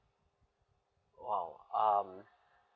!wow! um